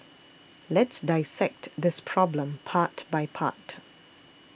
let's dissect this problem part by part